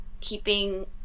keeping